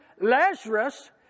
Lazarus